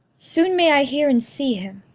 soon may i hear and see him!